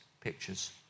pictures